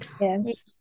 Yes